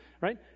Right